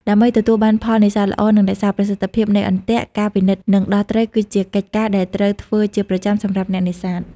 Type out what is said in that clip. ដើម្បីទទួលបានផលនេសាទល្អ និងរក្សាប្រសិទ្ធភាពនៃអន្ទាក់ ការពិនិត្យនិងដោះត្រីគឺជាកិច្ចការដែលត្រូវធ្វើជាប្រចាំសម្រាប់អ្នកនេសាទ។